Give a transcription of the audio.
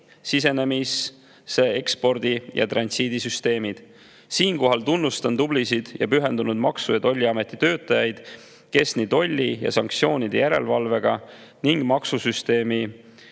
sisenemise, ekspordi- ja transiidisüsteemid. Siinkohal tunnustan tublisid ja pühendunud Maksu‑ ja Tolliameti töötajaid, kes tolli ja sanktsioonide järelevalvega ning maksusüsteemi